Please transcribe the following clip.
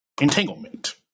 entanglement